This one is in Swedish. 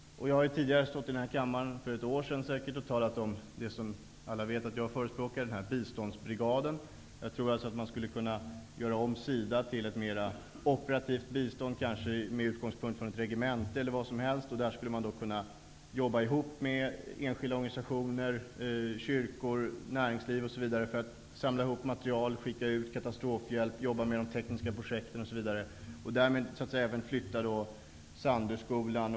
För ett år sedan stod jag i denna kammare och talade om det som alla vet att jag förespråkar, dvs. en biståndsbrigad. Jag tror att man skulle kunna göra om SIDA så att det skulle bedriva ett mer operativt bistånd, kanske med utgångspunkt i ett regemente. Där skulle SIDA kunna jobba ihop med enskilda organisationer, kyrkor, näringsliv osv. för att t.ex. samla ihop material, skicka ut katastrofhjälp och jobba med de tekniska projekten. Man skulle även flytta Sandöskolan.